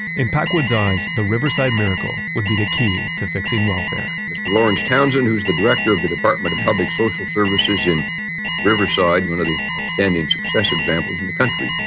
in packwood's eyes, the riverside miracle would be the key to fixing welfare mr. lawrence townsend, who's the director of the department of public social services in riverside, one of the outstanding success examples in the country.